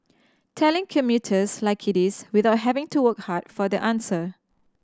telling commuters like it is without having to work hard for the answer